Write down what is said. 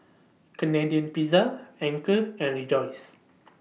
Canadian Pizza Anchor and Rejoice